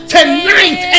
tonight